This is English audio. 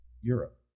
Europe